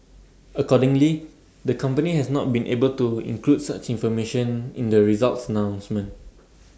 accordingly the company has not been able to include such information in the results announcement